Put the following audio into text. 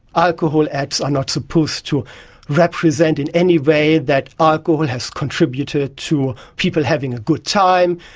alcohol ads are not supposed to represent in any way that alcohol has contributed to people having a good time,